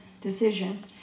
decision